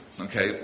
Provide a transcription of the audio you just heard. Okay